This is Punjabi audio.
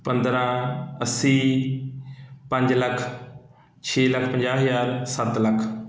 ਪੰਦਰ੍ਹਾਂ ਅੱਸੀ ਪੰਜ ਲੱਖ ਛੇ ਲੱਖ ਪੰਜਾਹ ਹਜ਼ਾਰ ਸੱਤ ਲੱਖ